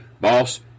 Boss